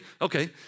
okay